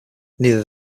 neither